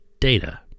data